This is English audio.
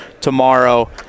tomorrow